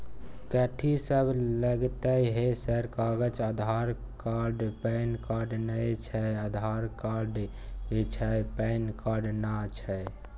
कथि सब लगतै है सर कागज आधार कार्ड पैन कार्ड नए छै आधार कार्ड छै पैन कार्ड ना छै?